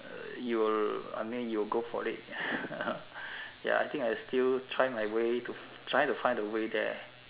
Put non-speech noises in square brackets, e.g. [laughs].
you will I mean you will go for it [laughs] ya I think I still try my way to try to find the way there